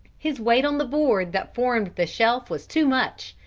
his weight on the board that formed the shelf was too much,